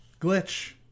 glitch